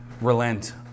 relent